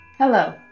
Hello